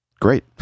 Great